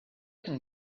can